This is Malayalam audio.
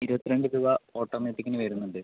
ഇരുപത്രണ്ട് രൂപ ഓട്ടോമാറ്റിക്കിന് വരുന്നുണ്ട്